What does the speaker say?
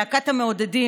להקת המעודדים,